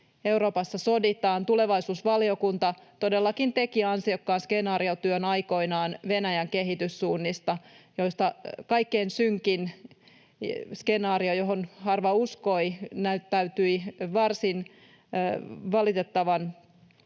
Euroopassa soditaan. Tulevaisuusvaliokunta todellakin teki aikoinaan ansiokkaan skenaariotyön Venäjän kehityssuunnista, joista kaikkein synkin skenaario — johon harva uskoi — näyttäytyi toteutuvan varsin valitettavan